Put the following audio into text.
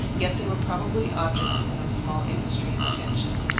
yet they were probably objects of no small industry and attention,